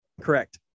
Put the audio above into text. Correct